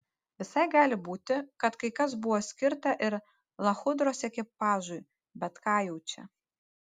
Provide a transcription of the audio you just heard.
visai gali būti kad kai kas buvo skirta ir lachudros ekipažui bet ką jau čia